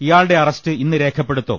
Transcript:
ഇയാളുടെ അറസ്റ്റ് ഇന്ന് രേഖപ്പെടുത്തും